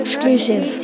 Exclusive